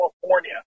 California